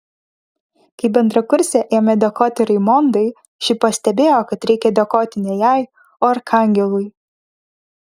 kai bendrakursė ėmė dėkoti raimondai ši pastebėjo kad reikia dėkoti ne jai o arkangelui